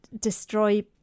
destroy